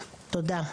תודה.